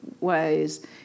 ways